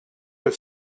have